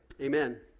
Amen